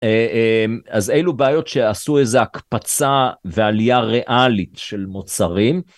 אז אלו בעיות שעשו איזו הקפצה ועלייה ריאלית של מוצרים.